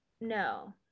no